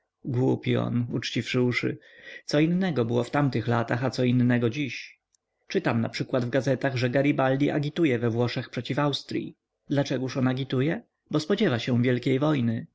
on uczciwszy uszy co innego było w tamtych latach a co innego dziś czytam naprzykład w gazetach że garibaldi agituje we włoszech przeciw austryi dlaczegoż on agituje bo spodziewa się wielkiej wojny